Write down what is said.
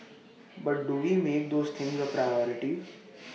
but do we make those things A priority